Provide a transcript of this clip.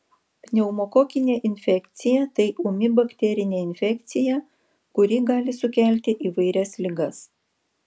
pneumokokinė infekcija tai ūmi bakterinė infekcija kuri gali sukelti įvairias ligas